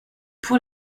pour